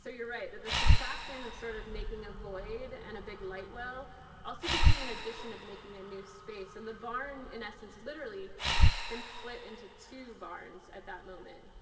so you're right, that the subtraction of sort of making a void and a big light well also became an addition of making a new space. and the barn, in essence, has literally been split into two barns at that moment.